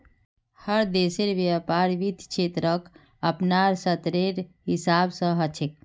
हर देशेर व्यापार वित्त क्षेत्रक अपनार स्तरेर हिसाब स ह छेक